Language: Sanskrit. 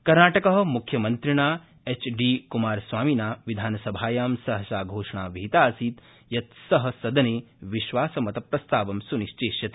कर्नाटकस्य मुख्यमन्त्रिणा एचडी कुमारस्वामिना विधानसभायां सहसा घोषणा विहिता आसीत यत् स सदने विश्वासमतप्रस्तावं सुनिश्चेष्यति